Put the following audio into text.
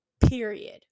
period